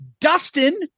Dustin